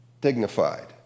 dignified